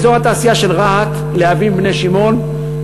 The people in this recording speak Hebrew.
באזור התעשייה של רהט להבים בני-שמעון,